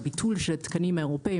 הביטול של התקנים האירופאים,